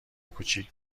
کوچیک